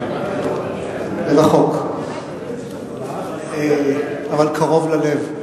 מרחוק, אבל קרוב ללב.